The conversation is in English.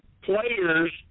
players